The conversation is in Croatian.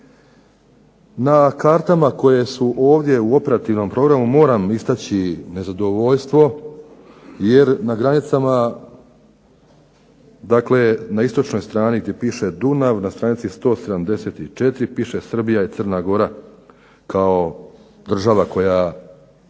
Na kartama koje su ovdje u operativnom programu moram istaći nezadovoljstvo jer na granicama, dakle na istočnoj strani gdje piše Dunav na str. 174. piše Srbija i Crna Gora kao država koja